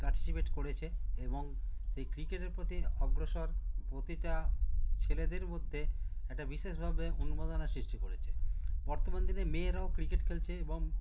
করেছে এবং এই ক্রিকেটের প্রতি অগ্রসর প্রতিটা ছেলেদের মধ্যে একটা বিশেষভাবে উন্মাদনা সৃষ্টি করেছে বর্তমান দিনে মেয়েরাও ক্রিকেট খেলছে এবং